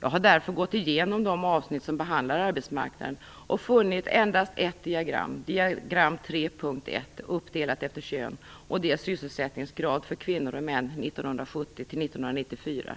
Jag har därför gått igenom de avsnitt som behandlar arbetsmarknaden och funnit endast ett diagram, diagram 3.1. Det är uppdelat efter kön och visar sysselsättningsgraden för kvinnor respektive män under åren 1970-1994.